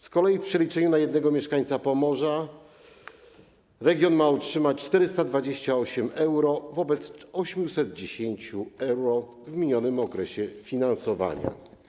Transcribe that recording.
Z kolei w przeliczeniu na jednego mieszkańca Pomorza region ma utrzymać 428 euro wobec 810 euro w minionym okresie finansowania.